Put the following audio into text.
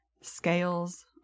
scales